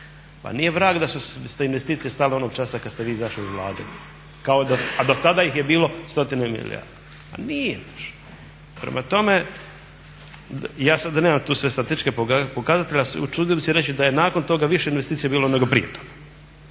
Pa nije vrag da su se investicije stavili onog časa kada ste vi izašli iz Vlade a do tada ih je bilo stotinu i milijarde. A nije baš. Prema tame, ja sada, nemam tu sada sve statističke pokazatelje, usudio bih se reći da je nakon toga više investicija bilo nego prije toga.